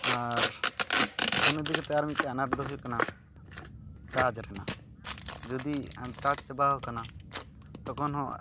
ᱟᱨ phone ᱤᱫᱤ ᱠᱟᱛᱮᱫ ᱟᱨ ᱢᱤᱫᱴᱮᱱ ᱟᱱᱟᱴ ᱫᱚ ᱦᱩᱭᱩᱜ ᱠᱟᱱᱟ ᱪᱟᱡᱽ ᱨᱮᱱᱟᱜ ᱡᱩᱫᱤ ᱪᱟᱡᱽ ᱪᱟᱵᱟᱣ ᱠᱟᱱᱟ ᱛᱚᱠᱷᱚᱱ ᱦᱚᱸ